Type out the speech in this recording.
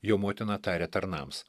jo motina tarė tarnams